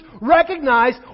recognize